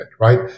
right